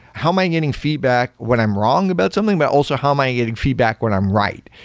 how am i getting feedback when i'm wrong about something, but also how am i getting feedback when i'm right?